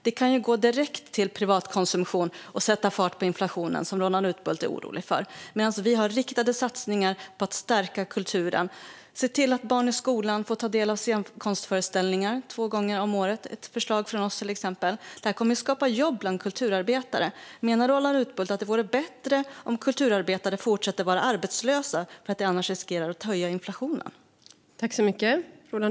De kan gå direkt till privatkonsumtion och sätta fart på inflationen, som Roland Utbult är orolig för. Men vi har förslag på riktade satsningar på att stärka kulturen, till exempel att se till att barn i skolan får ta del av scenkonstföreställningar två gånger om året. Detta kommer att skapa jobb bland kulturarbetare. Menar Roland Utbult att det vore bättre om kulturarbetare fortsätter att vara arbetslösa för att det annars riskerar att höja inflationen?